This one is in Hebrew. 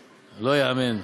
טובה, תזרקו, לא ייאמן.